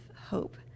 hope